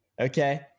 okay